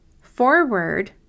forward